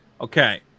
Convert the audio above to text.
Okay